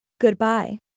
Goodbye